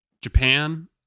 Japan